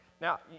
Now